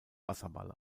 wasserball